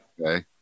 Okay